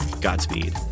godspeed